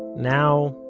now,